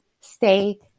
Stay